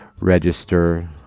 Register